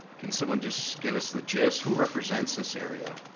can someone just get us the gist, who represents this area?